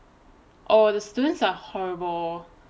oh the students are horrible